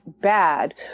bad